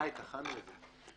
די, טחנו את זה.